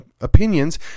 opinions